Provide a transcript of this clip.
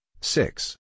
six